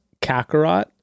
Kakarot